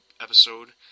episode